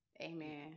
amen